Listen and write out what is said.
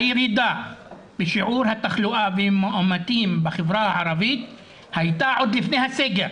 הירידה בשיעור התחלואה והמאומתים בחברה הערבית הייתה עוד לפני הסגר.